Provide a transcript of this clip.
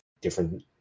different